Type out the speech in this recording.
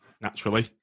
Naturally